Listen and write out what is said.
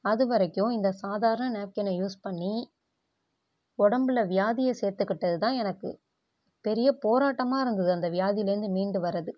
அதுவரைக்கும் இந்த சாதாரண நாப்கினை யூஸ் பண்ணி உடம்புல வியாதியை சேர்த்துக்கிட்டதுதான் எனக்கு பெரிய போராட்டமாக இருந்தது அந்த வியாதிலேருந்து மீண்டு வர்றது